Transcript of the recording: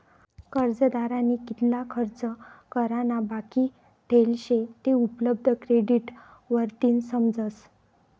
कर्जदारनी कितला खर्च करा ना बाकी ठेल शे ते उपलब्ध क्रेडिट वरतीन समजस